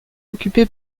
occupé